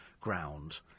ground